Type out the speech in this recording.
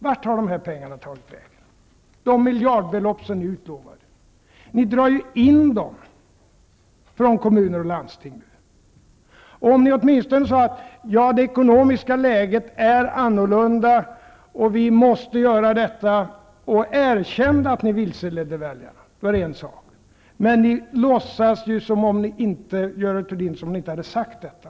Vart har dessa pengar tagit vägen, de miljardbelopp som ni utlovade? Ni drar ju in dem från kommuner och landsting. Om ni åtminstone sade att det ekonomiska läget är annorlunda och att ni därför måste göra detta och att ni erkände att ni vilseledde väljarna. Då är det en sak. Men ni låtsas ju, Görel Thurdin, som om ni inte hade sagt detta.